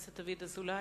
חבר הכנסת דוד אזולאי.